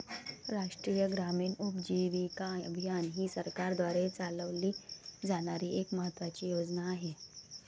राष्ट्रीय ग्रामीण उपजीविका अभियान ही सरकारद्वारे चालवली जाणारी एक महत्त्वाची योजना आहे